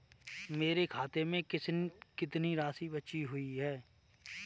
मेरे खाते में कितनी राशि बची हुई है?